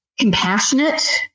compassionate